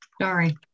Sorry